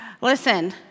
Listen